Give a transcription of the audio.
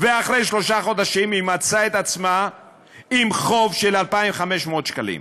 ואחרי שלושה חודשים היא מצאה את עצמה עם חוב של 2,500 שקלים.